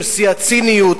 שיא הציניות,